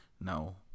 No